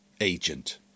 agent